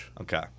Okay